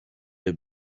have